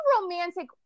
romantic